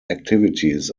activities